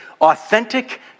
authentic